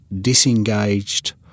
disengaged